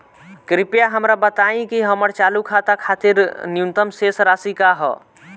कृपया हमरा बताइं कि हमर चालू खाता खातिर न्यूनतम शेष राशि का ह